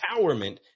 empowerment